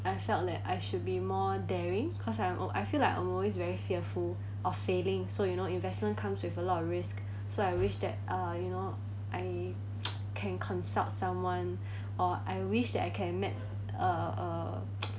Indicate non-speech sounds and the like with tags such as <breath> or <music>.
I felt that I should be more daring cause I'm I feel like I'm always very fearful of failing so you know investment comes with a lot of risk so I wish that uh you know I <noise> can consult someone <breath> or I wish that I can met uh <noise>